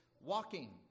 walking